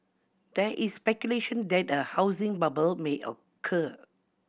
there is speculation that a housing bubble may occur